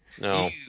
no